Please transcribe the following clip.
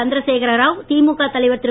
சந்திரசேகர ராவ் திமுக தலைவர் திரு